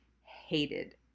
hated